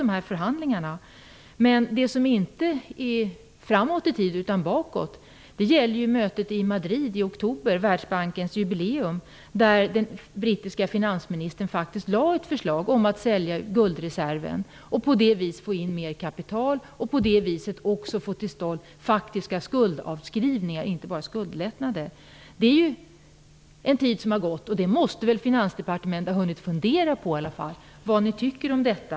Något som ligger bakåt och inte framåt i tiden är mötet i Madrid i oktober - Världsbankens jubileum - där den brittiske finansministern faktiskt lade fram ett förslag om att sälja guldreserven och på det viset få in mer kapital och också få till stånd faktiska skuldavskrivningar och inte bara skuldlättnader. Det har gått en tid, och Finansdepartementet måste väl ha hunnit fundera på vad man tycker om detta.